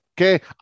okay